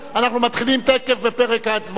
אנחנו מתחילים תיכף בפרק ההצבעות הבא.